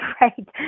right